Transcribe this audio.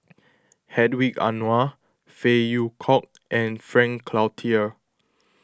Hedwig Anuar Phey Yew Kok and Frank Cloutier